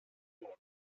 forth